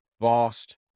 vast